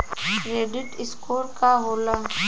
Credit score का होला?